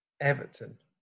Everton